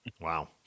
Wow